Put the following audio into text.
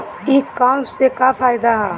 ई कामर्स से का फायदा ह?